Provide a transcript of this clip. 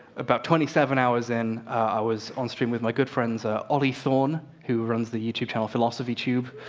about twenty seven hours in, i was on stream with my good friends olly thorn who runs the youtube channel philosophy tube,